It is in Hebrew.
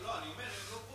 אני אומר שאם הם לא פה,